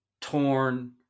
torn